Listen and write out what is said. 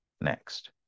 next